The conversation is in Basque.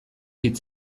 hitz